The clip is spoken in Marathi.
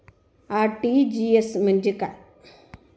आर.टी.जी.एस म्हणजे काय?